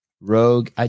Rogue